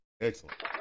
Excellent